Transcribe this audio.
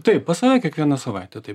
taip pas save kiekvieną savaitę taip